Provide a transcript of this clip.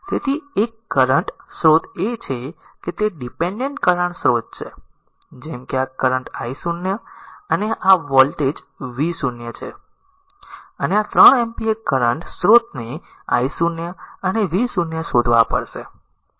તેથી એક કરંટ સ્રોત એ છે કે તે ડીપેન્ડેન્ટ કરંટ સ્રોત છે જેમ કે આ કરંટ i 0 અને આ r વોલ્ટેજ v0 છે અને આ 3 એમ્પીયર કરંટ સ્રોતને i 0 અને v0 શોધવા પડશે